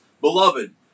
Beloved